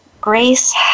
grace